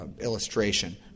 illustration